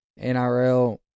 NRL